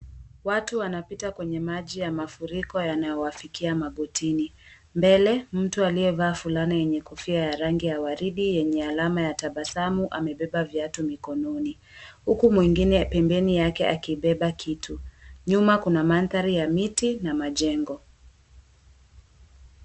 Watu wanapita ndani ya maji ya mafuriko yanayowafikia magotini. Mbele, mtu amevaa fulana yenye kofia ya rangi ya waridi na alama ya tabasamu, amebeba viatu mikononi huku mwengine pembeni akibeba kiatu. Nyuma kuna mandhari ya miti na majengo.